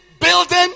Building